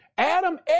Adam